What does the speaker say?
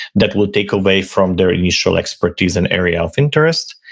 that will take away from their initial expertise and area of interest,